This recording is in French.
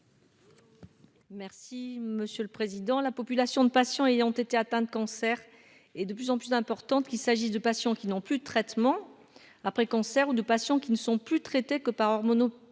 Merci monsieur le Président, la population de patients ayant été atteints de cancer et de plus en plus importante, qu'il s'agisse de patients qui n'ont plus de traitement après cancer ou de patients qui ne sont plus que par hormonothérapie